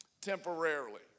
temporarily